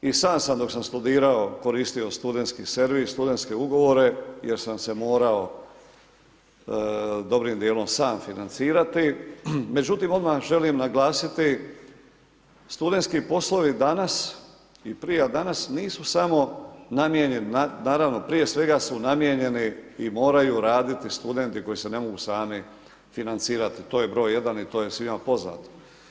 I sam sam dok sam studirao, koristio studentski servis, studentske ugovore jer sam se moramo dobrim djelom sam financirati međutim odmah želim naglasiti, studenti poslovi danas i prije od danas, nisu samo namijenjeni, naravno prije svega su namijenjeni i moraju raditi studenti koji se ne mogu sami financirati, to je broj jedan i to je svima poznato.